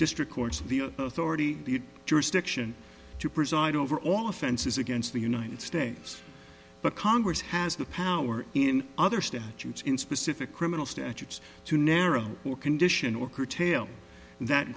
district court's authority the jurisdiction to preside over all offenses against the united states but congress has the power in other statutes in specific criminal statutes to narrow or condition or curtail that